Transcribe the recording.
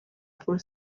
for